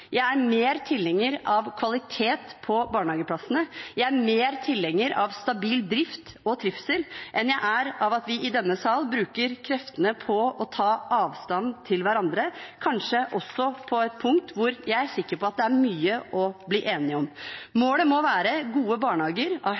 jeg er sterkere tilhenger av kvalitet på barnehageplassene, og jeg er sterkere tilhenger av stabil drift og trivsel enn jeg er av at vi i denne salen bruker kreftene på å ta avstand fra hverandre, kanskje også på et punkt hvor jeg er sikker på at det er mye å bli enige om. Målet må være gode barnehager